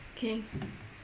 okay